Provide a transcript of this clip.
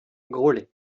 groslay